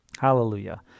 Hallelujah